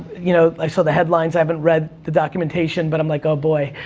you know? i saw the headlines, i haven't read the documentation, but i'm like, oh, boy,